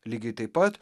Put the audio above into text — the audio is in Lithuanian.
lygiai taip pat